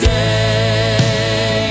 day